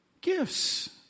gifts